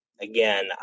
again